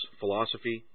philosophy